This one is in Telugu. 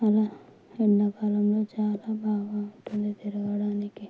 అలా ఎండాకాలంలో చాలా బాగా ఉంటుంది తిరగడానికి